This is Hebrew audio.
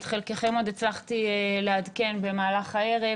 את חלקכם עוד הצלחתי לעדכן במהלך הערב,